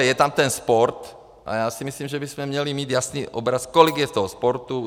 Je tam ten sport a já si myslím, že bychom měli mít jasný obraz, kolik je v tom sportu.